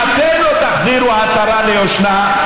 ואז הבנתי שהנושא לבד יכול להיות נושא לוועדה שלמה,